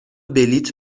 بلیط